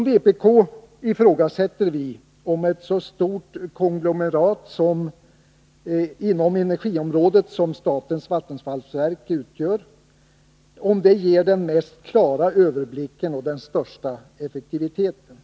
Vpk ifrågasätter om ett så stort konglomerat inom energiområdet, som statens vattenfallsverk utgör, ger den klaraste överblicken och den största effektiviteten.